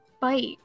bite